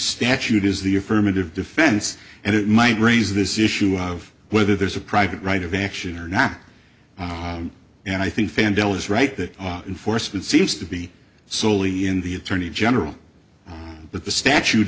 statute is the affirmative defense and it might raise this issue of whether there's a private right of action or not and i think fan del is right that enforcement seems to be solely in the attorney general but the statute